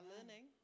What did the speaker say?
learning